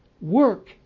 Work